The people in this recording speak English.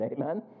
amen